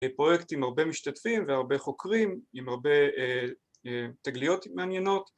זה פרויקט עם הרבה משתתפים והרבה חוקרים, עם הרבה תגליות מעניינות,